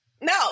no